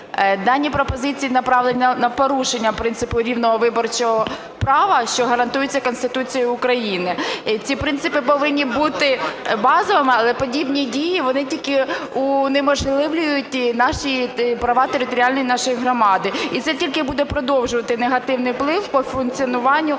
дані пропозиції направлені на порушення принципу рівного виборчого права, що гарантується Конституцією України. І ці принципи повинні бути базовими, але подібні дії, вони тільки унеможливлюють наші права територіальної нашої громади, і це тільки буде продовжувати негативний вплив по функціонуванню